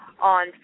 on